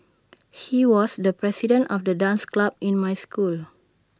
he was the president of the dance club in my school